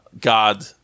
God